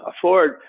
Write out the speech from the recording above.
afford